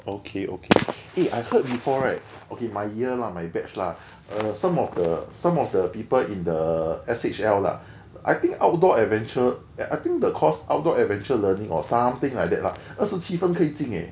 okay okay eh I heard before right okay my year lah my batch lah err some of the some of the people in the S_H_L lah I think outdoor adventure and I think the course outdoor adventure learning or something like that lah 二十七分可以进 leh